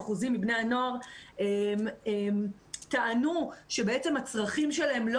ש-82% מבני הנוער טענו שבעצם הצרכים שלהם לא